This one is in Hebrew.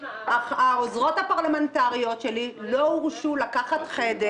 העוזרות הפרלמנטריות שלי לא הורשו לקחת חדר